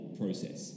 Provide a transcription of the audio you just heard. process